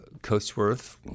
Coatsworth